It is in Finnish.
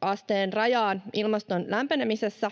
asteen rajaan ilmaston lämpenemisessä,